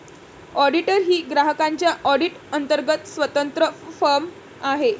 auditor ही ग्राहकांच्या audit अंतर्गत स्वतंत्र फर्म आहे